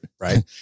Right